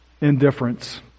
indifference